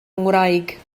ngwraig